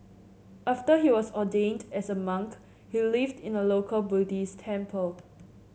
after he was ordained as a monk he lived in a local Buddhist temple